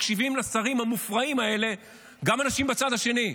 מקשיבים לשרים המופרעים האלה גם אנשים בצד השני,